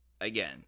again